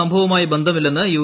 സംഭവവുമായി ബന്ധമില്ലെന്ന് യു